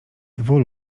dwu